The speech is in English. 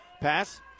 Pass